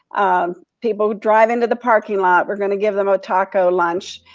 um people who drive into the parking lot, we're gonna give them a taco lunch.